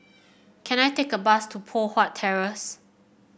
can I take a bus to Poh Huat Terrace